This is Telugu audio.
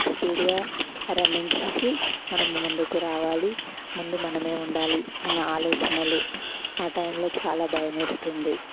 స్పీడ్గా రన్నింగ్ చేసి మనం ముందుకు రావాలి ముందు మనమే ఉండాలి అన్న ఆలోచనలు ఆ టైంలో చాలా భయమేస్తుంది